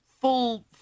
full